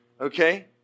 Okay